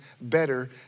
better